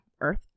earth